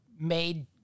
made